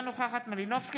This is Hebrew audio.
אינה נוכחת יוליה מלינובסקי,